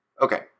Okay